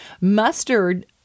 Mustard